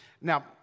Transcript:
Now